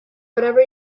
whatever